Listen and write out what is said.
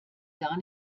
gar